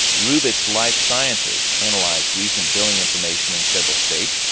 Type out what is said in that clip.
rubix life sciences analyzed recent billing information in several states.